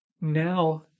Now